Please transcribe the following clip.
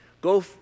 Go